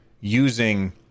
using